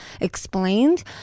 explained